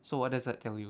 so what does that tell you